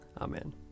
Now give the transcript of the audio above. Amen